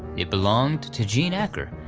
it belonged to jean acker,